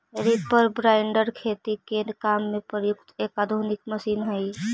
reaper binder खेती के काम में प्रयुक्त एक आधुनिक मशीन हई